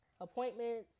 appointments